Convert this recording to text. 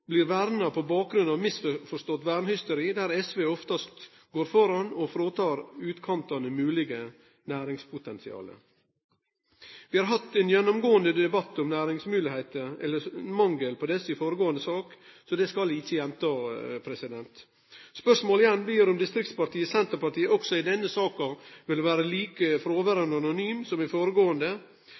blir verna på bakgrunn av misforstått vernehysteri, der SV oftast går føre og fråtek utkantane mogleg næringspotensial. Vi har hatt ein gjennomgåande debatt om næringsmoglegheitene, eller mangelen på desse, i føregåande sak, så det skal eg ikkje gjenta. Spørsmålet blir igjen om distriktspartiet Senterpartiet også i denne saka vil vere like fråverande og anonymt som i føregåande